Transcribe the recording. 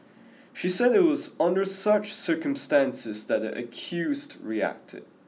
she said it was under such circumstances that the accused reacted